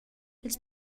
pils